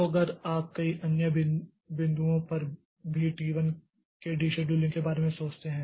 तो अगर आप कई अन्य बिंदुओं पर भी टी 1 के डीशेड्यूलिंग के बारे में सोचते हैं